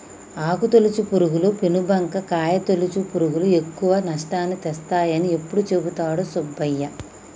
ఆకు తొలుచు పురుగు, పేను బంక, కాయ తొలుచు పురుగులు ఎక్కువ నష్టాన్ని తెస్తాయని ఎప్పుడు చెపుతాడు సుబ్బయ్య